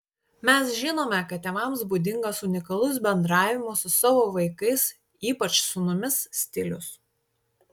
mes žinome kad tėvams būdingas unikalus bendravimo su savo vaikais ypač sūnumis stilius